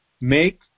Make